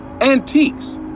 antiques